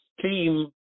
team